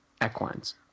equines